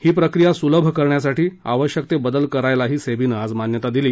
ही प्रक्रिया सुलभ करण्यासाठी आवश्यक ते बदल करायलाही सेबीनं आज मान्यता दिली